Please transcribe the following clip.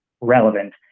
relevant